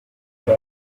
make